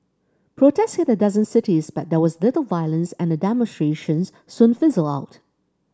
protests hit a dozen cities but there was little violence and the demonstrations soon fizzled out